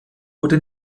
wurde